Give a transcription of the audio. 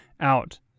out